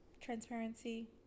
transparency